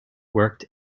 worked